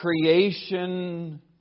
creation